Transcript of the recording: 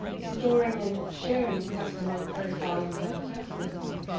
storing and sharing customer profiling data with